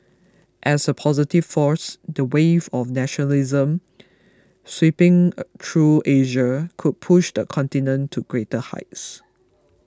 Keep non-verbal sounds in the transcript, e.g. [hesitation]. as a positive force the wave of nationalism sweeping [hesitation] through Asia could push the continent to greater heights